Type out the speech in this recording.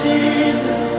Jesus